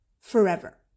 Forever